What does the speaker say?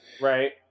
Right